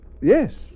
yes